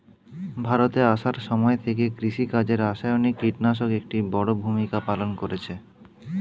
ভারতে আসার সময় থেকে কৃষিকাজে রাসায়নিক কিটনাশক একটি বড়ো ভূমিকা পালন করেছে